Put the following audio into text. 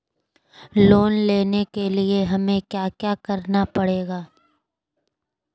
Loan लेने के लिए हमें क्या क्या करना पड़ेगा?